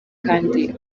kandi